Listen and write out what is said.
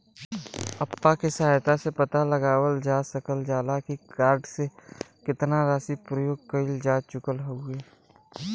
app के सहायता से पता लगावल जा सकल जाला की कार्ड से केतना राशि प्रयोग कइल जा चुकल हउवे